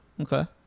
Okay